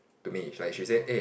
to me like she said eh